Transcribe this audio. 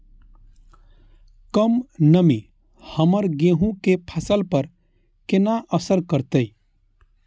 कम नमी हमर गेहूँ के फसल पर केना असर करतय?